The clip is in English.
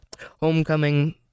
Homecoming